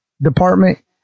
department